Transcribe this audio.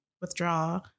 withdraw